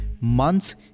months